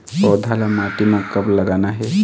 पौधा ला माटी म कब लगाना हे?